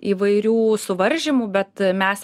įvairių suvaržymų bet mes